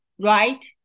right